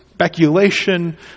speculation